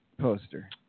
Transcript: poster